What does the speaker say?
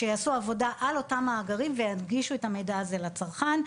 שיעשו עבודה על אותם מאגרים וינגישו את המידע הזה לצרכן.